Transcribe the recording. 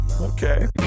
Okay